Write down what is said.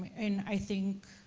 and i think,